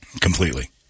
Completely